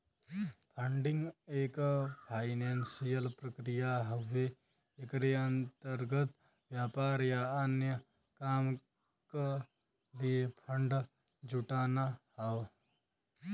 funding एक financial प्रक्रिया हउवे एकरे अंतर्गत व्यापार या अन्य काम क लिए फण्ड जुटाना हौ